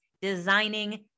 Designing